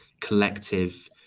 collective